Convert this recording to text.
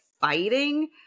fighting